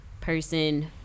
person